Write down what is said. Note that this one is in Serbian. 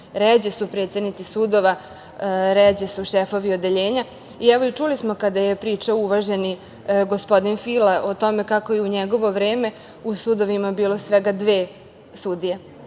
Ređe su predsednici sudova, ređe su šefovi odeljenja. Čuli smo kada je pričao uvaženi gospodin Fila o tome kako je u njegovo vreme u sudovima bilo svega dve sudije,